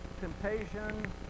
temptation